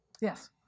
Yes